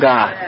God